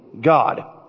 God